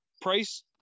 Price